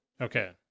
Okay